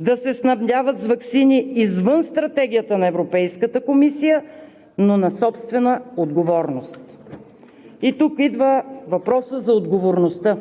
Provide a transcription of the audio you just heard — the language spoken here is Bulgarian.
да се снабдяват с ваксини извън стратегията на Европейската комисия, но на собствена отговорност.“ И тук идва въпросът за отговорността.